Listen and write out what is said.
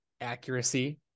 accuracy